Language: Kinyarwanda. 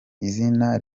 izina